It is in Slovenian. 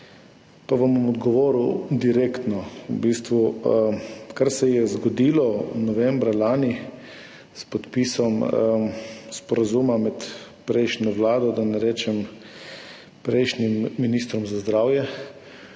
Vam bom odgovoril direktno. V bistvu, kar se je zgodilo novembra lani s podpisom sporazuma med prejšnjo vlado, da ne rečem prejšnjim ministrom za zdravje